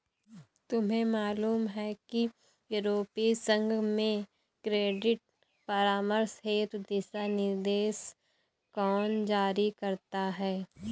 तुम्हें मालूम है कि यूरोपीय संघ में क्रेडिट परामर्श हेतु दिशानिर्देश कौन जारी करता है?